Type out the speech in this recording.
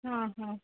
ఆహా